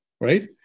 Right